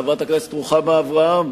חברת הכנסת רוחמה אברהם-בלילא.